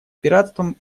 пиратством